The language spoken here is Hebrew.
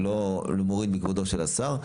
לא מוריד מכבודו של השר,